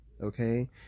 Okay